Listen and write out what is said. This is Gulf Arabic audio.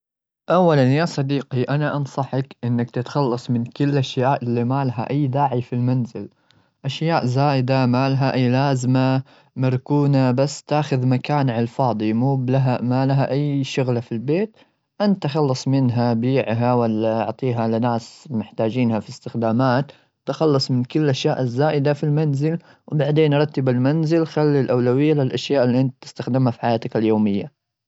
أولا، يا صديقي، أنا أنصحك أنك تتخلص من كل الأشياء اللي ما لها أي داعي في المنزل. أشياء زائدة ما لها أي لازمة، مركونة بس تاخذ مكان على الفاضي، ومو بلها-ما لها أي شغلة في البيت. أنت تخلص منها، بيعها ولا أعطيها لناس محتاجينها في استخدامات. تخلص من كل الأشياء الزائدة في المنزل، وبعدين رتب المنزل. خلي الأولوية للأشياء اللي أنت تستخدمها في حياتك اليومية.